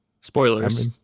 Spoilers